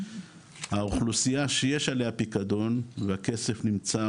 האוכלוסייה שיש עליה פיקדון והכסף נמצא,